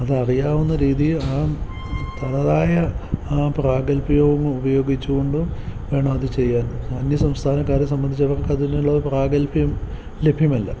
അതറിയാവുന്ന രീതിയിൽ ആ തനതായ ആ പ്രാഗത്ഭ്യവും ഉപയോഗിച്ചുകൊണ്ട് വേണം അതു ചെയ്യാൻ അന്യസംസ്ഥാനക്കാരെ സംബന്ധിച്ച് അവർക്കതിനുള്ള പ്രാഗത്ഭ്യം ലഭ്യമല്ല